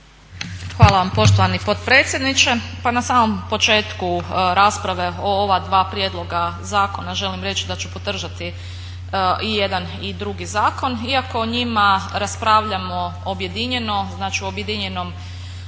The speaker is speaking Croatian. Hvala vam poštovani potpredsjedniče. Pa na samom početku rasprave o ova dva prijedloga zakona želim reći da ću podržati i jedan i drugi zakon, iako o njima raspravljamo objedinjeno, znači u objedinjenoj